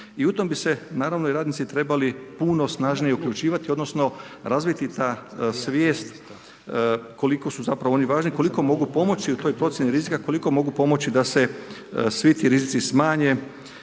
I u tom bi se naravno i radnici trebali puno snažnije uključivati, odnosno razviti ta svijest koliko su zapravo oni važni, koliko mogu pomoći u toj procjeni rizika, koliko mogu pomoći da se svi ti rizici smanje